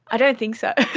i don't think so,